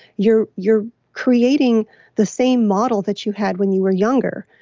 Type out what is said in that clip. you're you're creating the same model that you had when you were younger,